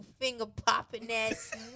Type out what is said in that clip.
finger-popping-ass